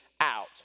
out